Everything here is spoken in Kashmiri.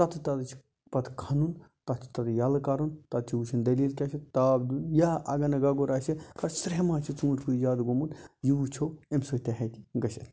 تَتھ تَل چھُ پَتہٕ کھَنُن تتھ چھُ تَلہٕ یَلہٕ کَرُن تتھ چھ وٕچھُن دلیٖل کیاہ چھ تاپ دیُن یا اگر نہٕ گَگُر آسہِ خَبر سریٚہہ ما چھُ ژوٗنٛٹۍ کُلہِ زیاد گوٚمُت یہِ وٕچھو امہِ سۭتۍ تہِ ہیٚکہِ گٔژھِتھ